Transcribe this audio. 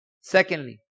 Secondly